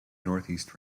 northeast